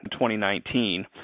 2019